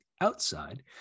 outside